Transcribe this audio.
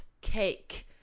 cake